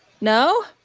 No